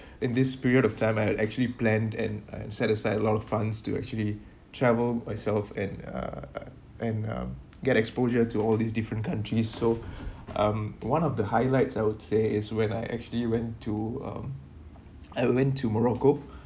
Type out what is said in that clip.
in this period of time I had actually planned and uh set aside a lot of funds to actually travel myself and uh and um get exposure to all these different countries so um one of the highlights I would say is when I actually went to um I went to morocco